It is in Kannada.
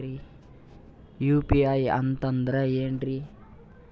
ಯು.ಪಿ.ಐ ಅಂತಂದ್ರೆ ಏನ್ರೀ?